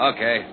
Okay